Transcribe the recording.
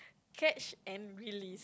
catch and release